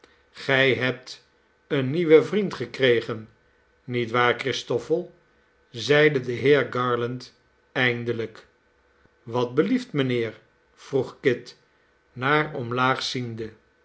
gij hebt een nieuwen vriend gekregen niet waar christoffel zeide de heer garland eindelijk wat belieft mijnheer vroeg kit naar omlaag ziende